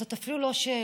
זאת אפילו לא שאלה,